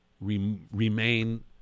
remain